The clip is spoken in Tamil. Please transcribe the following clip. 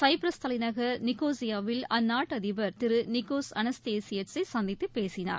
சைபிரஸ் தலைநகா் நிகோஸியாவில் அந்நாட்டு அதிபர் திரு நிகோஸ் அனஸ்தேஸியேட்ஸ் சை சந்தித்து பேசினார்